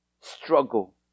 struggle